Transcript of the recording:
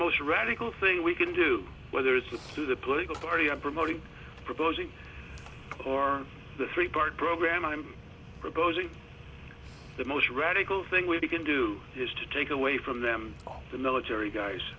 most radical thing we can do whether it's a through the political party or promoting proposing or the three part program i'm proposing the most radical thing we can do is to take away from them the military guys